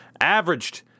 averaged